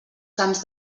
camps